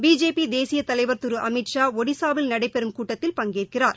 பிஜேபிதேசியதலைவர் திருஅமித்ஷா ஒடிஸாவில் நடைபெறம் கூட்டத்தில் பங்கேற்கிறார்